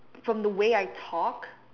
from the way I talk